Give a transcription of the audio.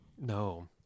No